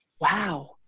Wow